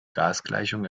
gasgleichung